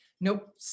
Nope